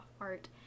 Art